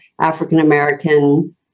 african-american